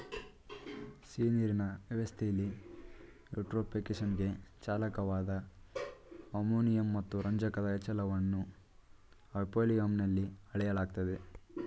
ಸಿಹಿನೀರಿನ ವ್ಯವಸ್ಥೆಲಿ ಯೂಟ್ರೋಫಿಕೇಶನ್ಗೆ ಚಾಲಕವಾದ ಅಮೋನಿಯಂ ಮತ್ತು ರಂಜಕದ ಹೆಚ್ಚಳವನ್ನು ಹೈಪೋಲಿಯಂನಲ್ಲಿ ಅಳೆಯಲಾಗ್ತದೆ